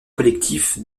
collectif